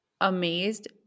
amazed